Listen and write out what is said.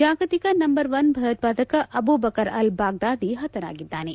ಜಾಗತಿಕ number one ಭಯೋತ್ಪಾದಕ Abu Bakr al Baghdadi ಹತನಾಗಿದ್ದಾನೆ